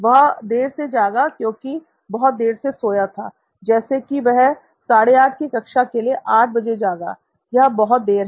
वह देर से जागा क्योंकि बहुत देर से सोया था जैसे कि वह 8 30 की कक्षा के लिए 800 बजे जागा यह बहुत देर है